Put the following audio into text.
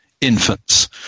infants